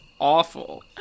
awful